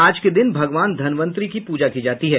आज के दिन भगवान धन्वंतरी की पूजा की जाती है